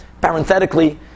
Parenthetically